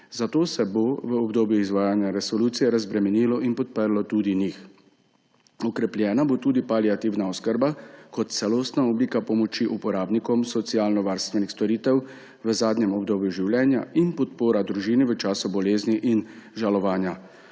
Zato se bo v obdobju izvajanja resolucije razbremenilo in podprlo tudi njih. Okrepljena bo tudi paliativna oskrba kot celostna oblika pomoči uporabnikom socialnovarstvenih storitev v zadnjem obdobju življenja in podpora družini v času bolezni in žalovanja.